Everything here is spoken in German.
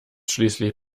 schließlich